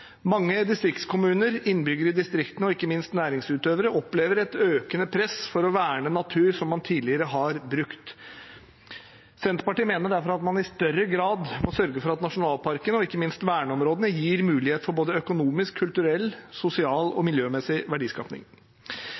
Mange distriktskommuner, innbyggere i distriktene og ikke minst næringsutøvere opplever et økende press for å verne natur som man tidligere har brukt. Senterpartiet mener derfor at man i større grad må sørge for at nasjonalparkene og ikke minst verneområdene gir mulighet for både økonomisk, kulturell, sosial og miljømessig